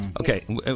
Okay